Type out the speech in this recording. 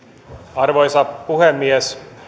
arvoisa puhemies